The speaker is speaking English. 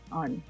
on